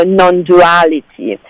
non-duality